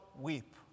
weep